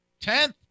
tenth